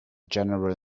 general